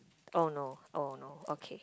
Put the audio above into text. oh no oh no okay